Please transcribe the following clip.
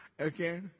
Okay